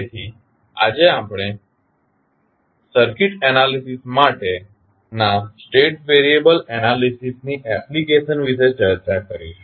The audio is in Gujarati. તેથી આજે આપણે સર્કિટ એનાલીસીસ માં સ્ટેટ વેરિયેબલ એનાલીસીસ ની એપ્લિકેશન વિશે ચર્ચા કરીશું